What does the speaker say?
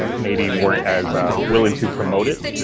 maybe weren't as willing to promote it.